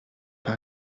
pas